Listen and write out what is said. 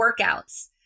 workouts